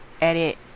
edit